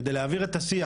כדי להעביר את השיח,